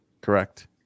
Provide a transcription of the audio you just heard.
Correct